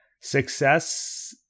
success